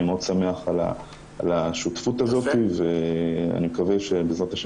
אני מאוד שמח על השותפות הזאת ואני מקווה שבעזרת השם